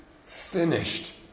finished